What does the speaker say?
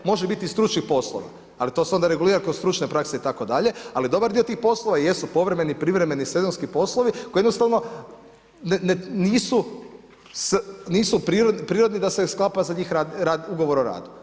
Može biti stručnih poslova, ali to se onda regulira kroz stručne prakse itd., ali dobar dio tih poslova jesu povremeni, privremeni, sezonski poslovi koji jednostavno nisu prirodni da se sklapa za njih Ugovor o radu.